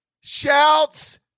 Shouts